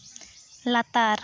ᱞᱟᱛᱟᱨ